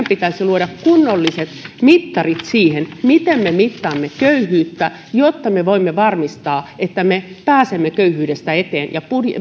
pitäisi luoda kunnolliset mittarit siihen miten me mittaamme köyhyyttä jotta me voimme varmistaa että me pääsemme köyhyydestä eteen ja